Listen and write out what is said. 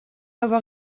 avoir